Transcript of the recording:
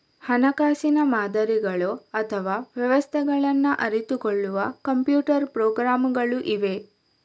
ಹಣಕಾಸಿನ ಮಾದರಿಗಳು ಅಥವಾ ವ್ಯವಸ್ಥೆಗಳನ್ನ ಅರಿತುಕೊಳ್ಳುವ ಕಂಪ್ಯೂಟರ್ ಪ್ರೋಗ್ರಾಮುಗಳು ಇವೆ